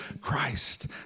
Christ